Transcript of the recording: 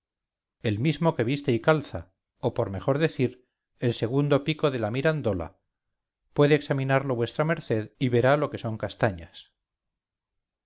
el mismo que viste y calza o por mejor decir el segundo pico de la mirandola puede examinarlo vuestra merced y verá lo que son castañas